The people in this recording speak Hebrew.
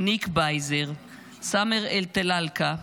ניק בייזר, סאמר אל-טלאלקה,